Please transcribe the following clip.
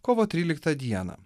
kovo tryliktą dieną